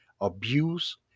abuse